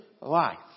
life